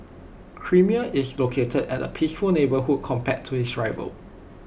creamier is located at A peaceful neighbourhood compared to its rivals